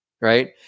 right